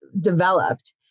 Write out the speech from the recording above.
developed